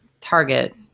target